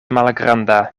malgranda